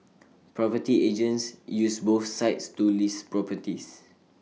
property agents use both sites to list properties